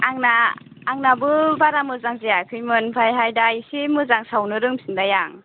आंना आंनाबो बारा मोजां जायाखैमोन ओमफ्रायहाय दा एसे मोजां सावनो रोंफिनबाय आं